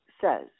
says